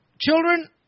children